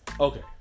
Okay